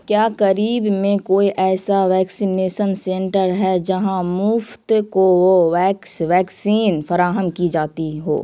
کیا قریب میں کوئی ایسا ویکسینیسن سنٹر ہے جہاں مفت کوووویکس ویکسین فراہم کی جاتی ہو